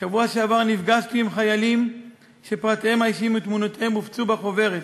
בשבוע שעבר נפגשתי עם חיילים שפרטיהם האישיים ותמונותיהם הופצו בחוברת